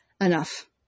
enough